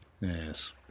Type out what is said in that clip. Yes